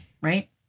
Right